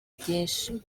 byinshi